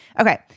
Okay